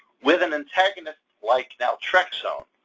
with an antagonist like naltrexone,